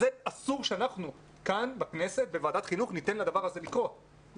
אסור שאנחנו כאן בכנסת בוועדת החינוך ניתן לדבר הזה לקרות.